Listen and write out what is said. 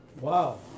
Wow